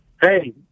Hey